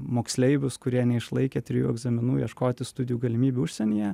moksleivius kurie neišlaikė trijų egzaminų ieškoti studijų galimybių užsienyje